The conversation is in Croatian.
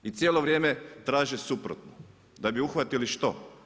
I cijelo vrijeme traže suprotno, da bi uhvatili što?